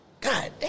God